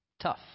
Tough